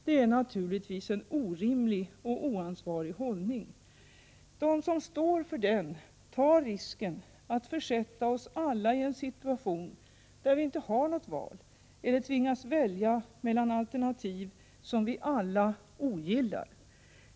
Det är naturligtvis en orimlig och oansvarig hållning. De som står för den tar risken att försätta oss alla i en situation där vi inte har något val eller tvingas välja mellan alternativ som vi alla ogillar.